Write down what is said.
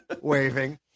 waving